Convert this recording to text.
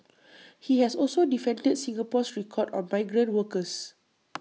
he has also defended Singapore's record on migrant workers